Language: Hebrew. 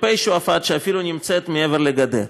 מ"פ שועפאט, שאפילו נמצאת מעבר לגדר.